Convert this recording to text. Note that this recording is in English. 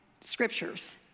scriptures